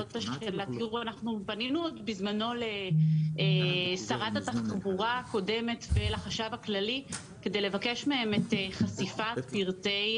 פנינו בזמנו לשרת התחבורה הקודמת ולחשב הכללי כדי לבקש מהם את חשיפת פרטי